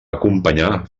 acompanyar